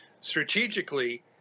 strategically